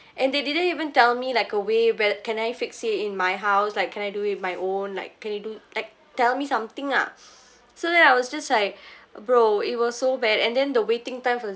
and they didn't even tell me like a way whether can I fix it in my house like can I do it with my own like can you do like tell me something ah so then I was just like bro it was so bad and then the waiting time for the